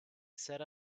set